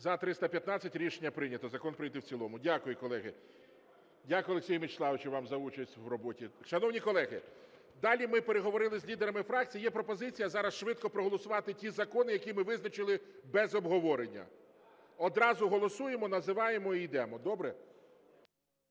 За-315 Рішення прийнято. Закон прийнято в цілому. Дякую, колеги. Дякую, Олексій Мячеславович, вам за участь в роботі. Шановні колеги, далі ми переговорили з лідерами фракцій, є пропозиція зараз швидко проголосувати ті закони, які ми визначили без обговорення. Одразу голосуємо, називаємо і йдемо, добре?